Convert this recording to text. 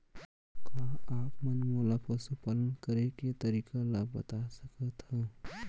का आप मन मोला पशुपालन करे के तरीका ल बता सकथव?